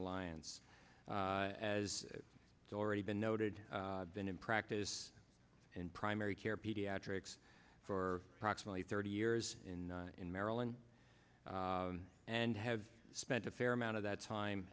alliance as it's already been noted been in practice in primary care pediatrics for approximately thirty years in maryland and have spent a fair amount of that time